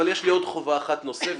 אבל יש לי עוד חובה אחת נוספת,